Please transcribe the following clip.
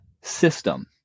system